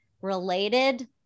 related